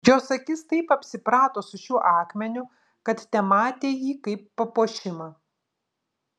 jos akis taip apsiprato su šiuo akmeniu kad tematė jį kaip papuošimą